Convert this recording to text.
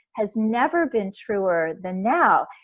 has never been truer than now.